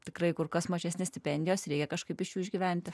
tikrai kur kas mažesnes stipendijas reikia kažkaip iš jų išgyventi